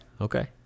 Okay